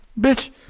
bitch